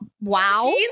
wow